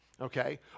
okay